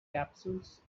capsules